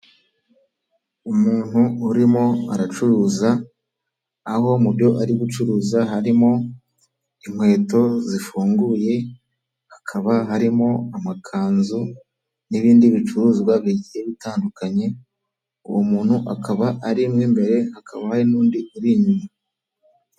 Umuntu urimo aracuruza aho mu byo ari gucuruza harimo inkweto zifunguye hakaba harimo amakanzu n'ibindi bicuruzwa bigiye bitandukanye uwo muntu akaba ari mo mbere hakaba n'undi uri inyuma.